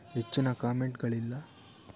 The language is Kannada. ಹೆಚ್ಚಿನ ಕಾಮೆಂಟ್ಗಳಿಲ್ಲ